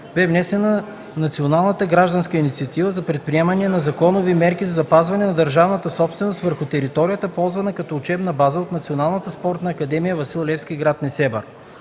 бе внесена Национална гражданска инициатива за предприемане на законови мерки за запазване на държавната собственост върху територията, ползвана като учебна база от Националната спортна академия „Васил Левски” – град Несебър.